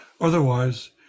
Otherwise